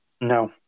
No